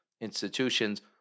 institutions